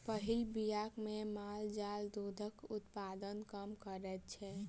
पहिल बियान मे माल जाल दूधक उत्पादन कम करैत छै